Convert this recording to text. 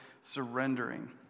surrendering